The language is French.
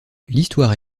l’histoire